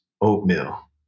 oatmeal